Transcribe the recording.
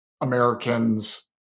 Americans